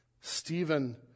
Stephen